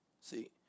See